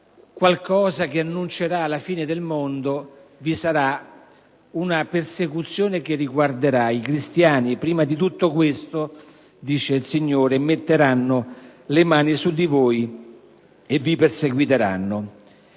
qualcosa che annuncerà la fine del mondo, vi sarà una persecuzione che riguarderà i cristiani. «Prima di tutto questo» - avverte il Signore - «metteranno le mani su di voi e vi perseguiteranno».